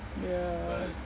ya